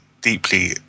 deeply